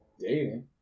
dating